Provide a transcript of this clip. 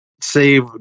save